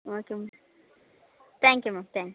okay ma'am thank you ma'am thanks